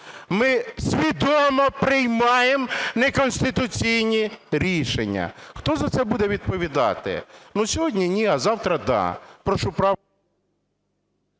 ми свідомо приймаємо неконституційні рішення. Хто за це буде відповідати? Сьогодні ні, а завтра – да. Прошу правку…